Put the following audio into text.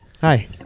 Hi